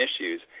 issues